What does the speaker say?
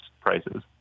prices